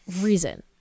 reason